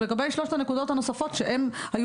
לגבי שלושת הנקודות הנוספות שהן היו